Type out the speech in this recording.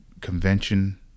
convention